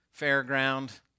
fairground